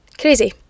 crazy